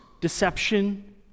deception